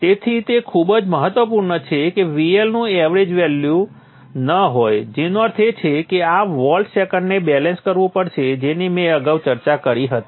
તેથી તે ખૂબ જ મહત્વપૂર્ણ છે કે VL નું એવરેજ વેલ્યુ ન હોય જેનો અર્થ એ છે કે આ વોલ્ટ સેકન્ડને બેલેન્સ કરવું પડશે જેની મેં અગાઉ ચર્ચા કરી હતી